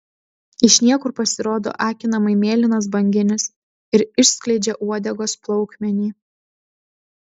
iš niekur pasirodo akinamai mėlynas banginis ir išskleidžia uodegos plaukmenį